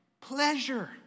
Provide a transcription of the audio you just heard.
pleasure